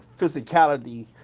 physicality